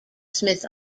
smith